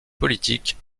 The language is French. politiques